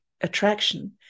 attraction